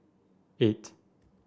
eight